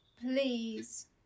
Please